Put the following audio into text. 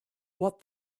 what